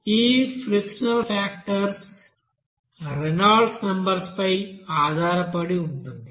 ఈ frictional factor Reynolds నెంబర్పై ఆధారపడి ఉంటుంది